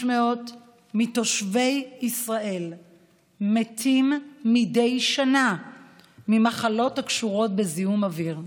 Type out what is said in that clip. מתושבי ישראל מתים מדי שנה ממחלות הקשורות בזיהום אוויר.